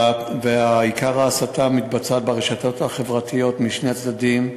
עיקר ההסתה מתבצע ברשתות החברתיות משני הצדדים.